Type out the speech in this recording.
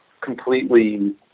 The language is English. completely